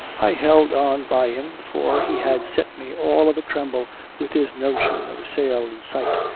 i held on by him, for he had set me all of a tremble with his notion of a sail in sight,